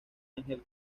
ángel